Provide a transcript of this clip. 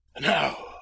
now